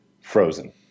frozen